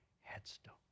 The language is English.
headstone